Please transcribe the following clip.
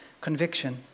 conviction